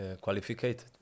qualified